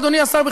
אדוני השר,